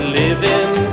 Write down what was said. living